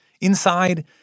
Inside